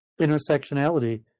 intersectionality